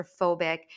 claustrophobic